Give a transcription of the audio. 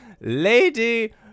Lady